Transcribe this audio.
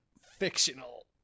Fictional